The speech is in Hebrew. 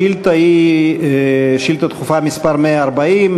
השאילתה היא שאילתה דחופה מס' 140,